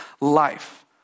life